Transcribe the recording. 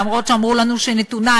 למרות שאמרו לנו שהיא נתונה,